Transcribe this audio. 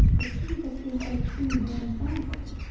but he that is their true borne sovereign?